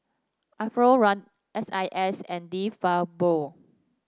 Alfio Raldo S I S and De Fabio